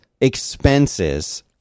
expenses